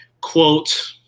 Quote